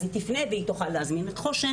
אז היא תפנה, והיא תוכל להזמין את חוש"ן